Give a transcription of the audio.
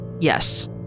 Yes